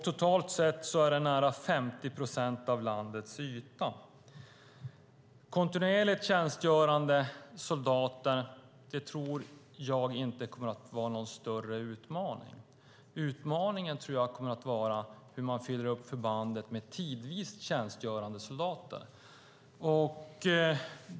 Totalt sett är det nära 50 procent av landets yta. Kontinuerligt tjänstgörande soldater tror jag inte kommer att vara någon större utmaning. Utmaningen tror jag kommer att vara hur man fyller upp förbandet med tidvis tjänstgörande soldater.